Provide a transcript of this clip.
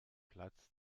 platz